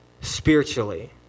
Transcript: spiritually